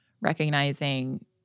recognizing